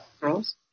Girls